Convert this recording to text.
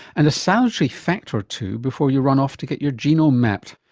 and a salutary fact or two before you run off to get your genome mapped.